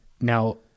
Now